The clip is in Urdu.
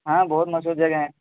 ہاں بہت مشہور جگہ ہیں